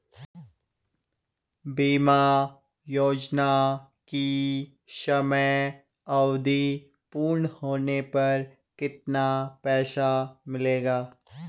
बीमा योजना की समयावधि पूर्ण होने पर कितना पैसा मिलेगा?